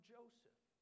Joseph